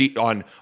on